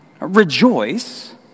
rejoice